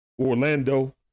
Orlando